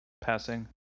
passing